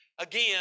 again